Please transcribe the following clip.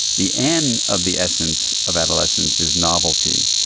the n of the essence of adolescence is novelty,